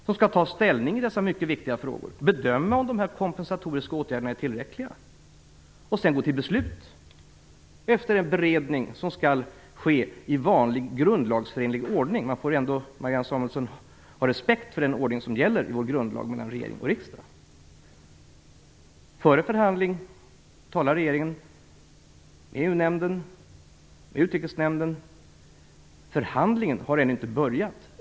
De skall ta ställning i dessa mycket viktiga frågor, bedöma om de kompensatoriska åtgärderna är tillräckliga och sedan gå till beslut, och detta efter en beredning som skall ske i grundlagsenlig ordning. Marianne Samuelsson, man får ändå ha respekt för den ordning som enligt grundlagen gäller mellan regering och riksdag. Innan förhandlingen talar regeringen med EU-nämnden och med Utrikesnämnden. Förhandlingen har ännu inte börjat.